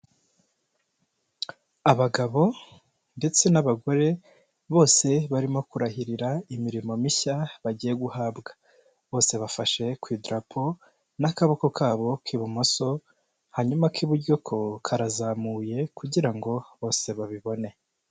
Abagabo ndetse n'abagore bose barimo kurahirira imirimo mishya bagiye guhabwa. Bose bafashe ku idarapo n'akaboko kabo k'ibumoso. Hanyuma ak'iburyo ko karazamuye kugira ngo bose babibone.